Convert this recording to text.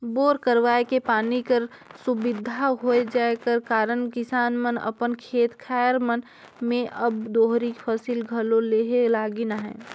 bore करवाए के पानी कर सुबिधा होए जाए कर कारन किसान मन अपन खेत खाएर मन मे अब दोहरी फसिल घलो लेहे लगिन अहे